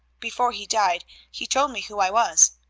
before he died he told me who i was.